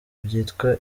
byitwa